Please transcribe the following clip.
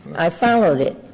i followed it.